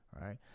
Right